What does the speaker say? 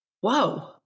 Whoa